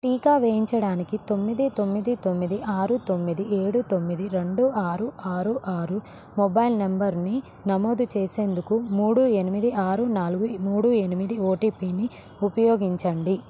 టీకా వేయించడానికి తొమ్మిది తొమ్మిది తొమ్మిది ఆరు తొమ్మిది ఏడు తొమ్మిది రెండు ఆరు ఆరు ఆరు మొబైల్ నంబరుని నమోదు చేసేందుకు మూడు ఎనిమిది ఆరు నాలుగు మూడు ఎనిమిది ఓటీపీని ఉపయోగించండి